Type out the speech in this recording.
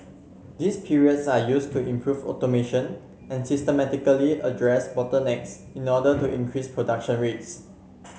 these periods are used to improve automation and systematically address bottlenecks in order to increase production rates